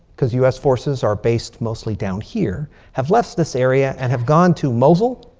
because us forces are based mostly down here. have left this area and have gone to mosul,